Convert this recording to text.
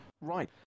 Right